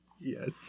Yes